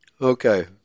Okay